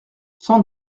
sans